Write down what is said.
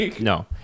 no